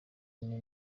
umwe